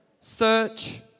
Search